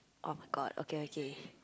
[oh]-my-god okay okay